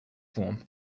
form